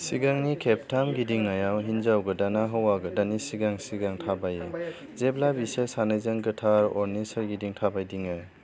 सिगांनि खेबथाम गिदिंनायाव हिनजाव गोदाना हौवा गोदाननि सिगां सिगां थाबायो जेब्ला बिसोर सानैजों गोथार अरनि सोरगिदिं थाबायदिङो